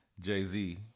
Jay-Z